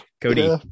Cody